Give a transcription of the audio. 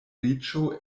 riĉo